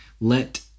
let